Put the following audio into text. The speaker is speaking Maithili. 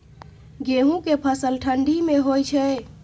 गेहूं के फसल ठंडी मे होय छै?